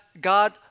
God